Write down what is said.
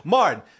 Martin